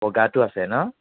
বগাটো আছে ন'